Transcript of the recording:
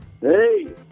Hey